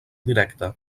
directe